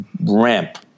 ramp